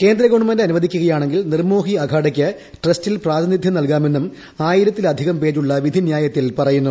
കേന്ദ്ര ഗവൺമെന്റ് അനുപ്പദിക്കുകയാണെങ്കിൽ നിർമോഹി അഖാഡയ്ക്ക് ട്രസ്റ്റിൽ പ്രാതിന്റിധ്യം നൽകാമെന്നും ആയിരത്തിലധികം പേജുകളുള്ള വിധിന്യായത്തിൽ പറയുന്നു